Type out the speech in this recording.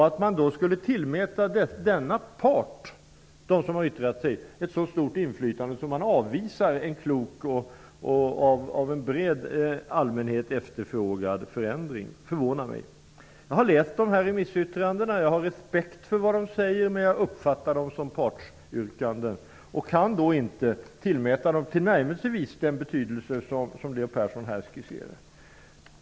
Att man skulle tillmäta denna part -- de som har yttrat sig -- en så stor betydelse att man avvisar en klok och av en bred allmänhet efterfrågad förändring förvånar mig. Jag har läst remissyttrandena. Jag har respekt för vad som där sägs, men jag uppfattar dem som partsyrkanden och kan inte tillmäta dem tillnärmelsevis den betydelse som Leo Persson här skisserade.